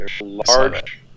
large